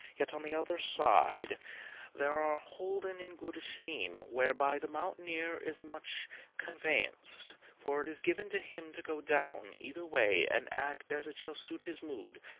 yet on the other syde they are holden in good esteeme wherebye the mountayneer is much conveenyenced, for it is given to him to goe downe eyther way and act as it shall suite his moode,